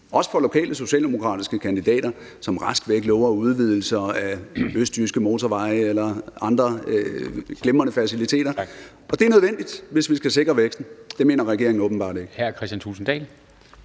også for lokale socialdemokratiske kandidater, som rask væk lover udvidelser af østjyske motorveje eller andre glimrende faciliteter – og det er nødvendigt, hvis vi skal sikre væksten. Det mener regeringen åbenbart ikke.